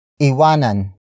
iwanan